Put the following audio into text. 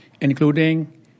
including